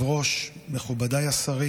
הוצאת כספים מישראל על ידי מסתנן או נתין זר בלתי